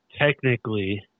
technically